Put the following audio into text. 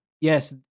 Yes